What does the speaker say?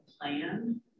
plan